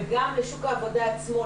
וגם לשוק העבודה עצמו,